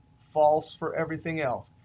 false for everything else.